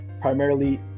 primarily